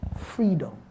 Freedom